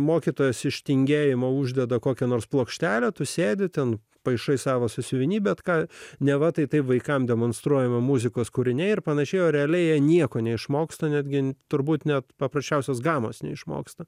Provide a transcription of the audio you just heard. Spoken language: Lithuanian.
mokytojas iš tingėjimo uždeda kokią nors plokštelę tu sėdi ten paišai savosios siuviniai bet ką neva tai taip vaikams demonstruojama muzikos kūriniai ir pan o realiai nieko neišmoksta netgi turbūt net paprasčiausios gamos neišmoksta